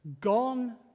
gone